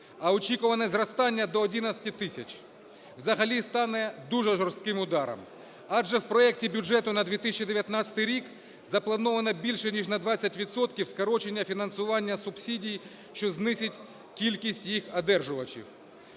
а очікуване зростання до 11 тисяч взагалі стане дуже жорстким ударом. Адже в проекті бюджету на 2019 рік заплановано більше ніж на 20 відсотків скорочення фінансування субсидій, що знизить кількість їх одержувачів.